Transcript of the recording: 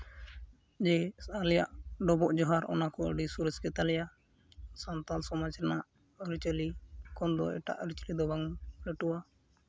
ᱡᱮ ᱟᱞᱮᱭᱟᱜ ᱰᱚᱵᱚᱜ ᱡᱳᱦᱟᱨ ᱚᱱᱟᱠᱚ ᱟᱹᱰᱤ ᱥᱚᱨᱮᱥ ᱜᱮᱛᱟᱞᱮᱭᱟ ᱥᱟᱱᱛᱟᱞ ᱥᱚᱢᱟᱡᱽ ᱨᱮᱱᱟᱜ ᱟᱹᱨᱤᱪᱟᱞᱤ ᱠᱷᱚᱱ ᱫᱚ ᱮᱴᱟᱜ ᱟᱹᱨᱤᱪᱟᱹᱞᱤ ᱫᱚ ᱵᱟᱝ ᱞᱟᱹᱴᱩᱣᱟ